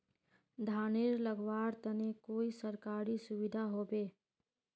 धानेर लगवार तने कोई सरकारी सुविधा होबे?